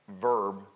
verb